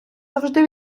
завжди